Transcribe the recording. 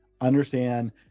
Understand